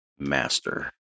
Master